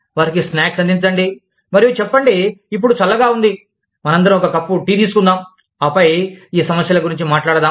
వారికి స్నాక్స్ అందించండి మరియు చెప్పండి ఇపుడు చల్లగా ఉంది మనందరం ఒక కప్పు టీ తీసుకుందాం ఆపై ఈ సమస్యల గురించి మాట్లాడదాం